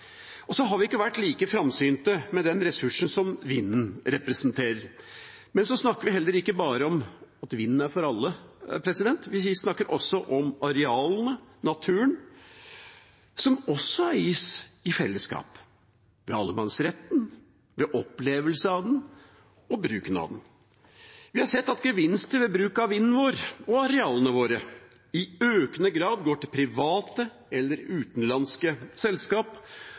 Men så snakker vi heller ikke bare om at vinden er for alle, vi snakker også om arealene, naturen, som også eies i fellesskap. Vi har allemannsretten, opplevelsen av den og bruken av den. Vi har sett at gevinster ved bruk av vinden vår og arealene våre i økende grad går til private eller utenlandske selskap